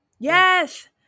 Yes